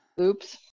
Oops